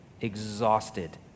exhausted